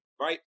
right